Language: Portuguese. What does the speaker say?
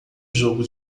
jogo